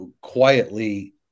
quietly